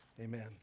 Amen